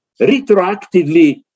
retroactively